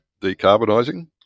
decarbonising